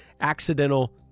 Accidental